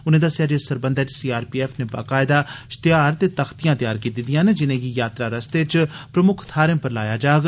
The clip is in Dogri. उनें दस्सेआ जे इस सरबंधै च सीआरपीएफ नै बकायदा इष्तेयार ते तख्तियां त्यार कीती दियां न जिनेंगी यात्रा रस्ते च प्रमुक्ख थारें पर लाया जाग